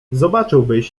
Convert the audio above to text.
zobaczyłbyś